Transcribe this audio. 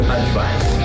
advice